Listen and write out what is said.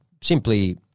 simply